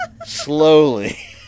slowly